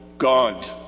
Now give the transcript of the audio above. God